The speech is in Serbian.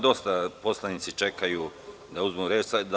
Dosta poslanika čeka da uzme reč.